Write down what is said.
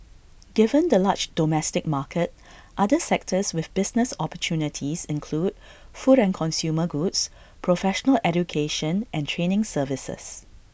given the large domestic market other sectors with business opportunities include food and consumer goods professional education and training services